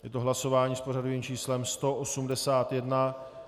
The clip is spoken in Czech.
Je to hlasování s pořadovým číslem 181.